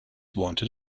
wanted